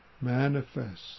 manifest